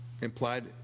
implied